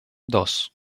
dos